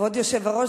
כבוד היושב-ראש,